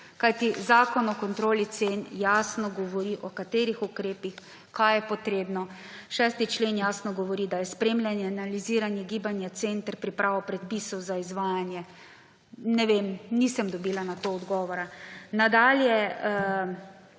kajti Zakon o kontroli cen jasno govori, o katerih ukrepih, kaj je potrebno. 6. člen jasno govori, da je spremljanje in analiziranje gibanja cen ter priprava predpisov za izvajanje – ne vem, nisem dobila na to odgovora. Nadalje